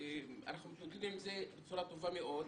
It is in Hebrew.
אנחנו מתמודדים עם זה בצורה טובה מאוד,